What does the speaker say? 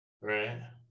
right